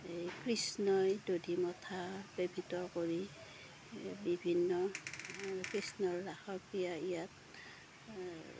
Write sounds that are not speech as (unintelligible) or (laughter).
এই কৃষ্ণই দধি মথা (unintelligible) কৰি বিভিন্ন কৃষ্ণৰ ৰাসক্ৰিয়া ইয়াত